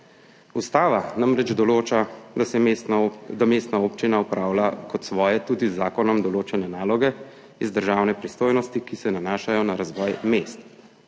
Ustava namreč določa, da mestna občina opravlja kot svoje tudi z zakonom določene naloge iz državne pristojnosti, ki se nanašajo na razvoj mest.